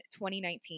2019